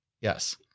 Yes